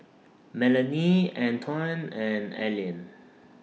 Melany Antwain and Allean